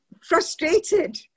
frustrated